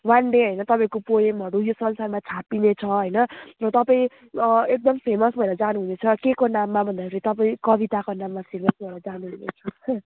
one day होइन तपाईँको पोएमहरू यो सालसम्म छापिने छ होइन तपाईँ एकदम फेमस भएर जानुहुनेछ केको नाममा भन्दाखेरि तपाईँ कविताको नाममा फेमस भएर जानुहुनेछ